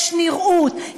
יש נראות,